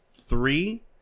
three